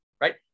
right